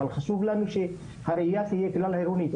אבל חשוב לנו שהראיה תהיה כלל עירונית.